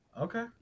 Okay